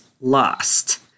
lost